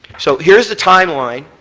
so here's the timeline